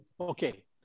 Okay